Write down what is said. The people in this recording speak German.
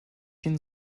den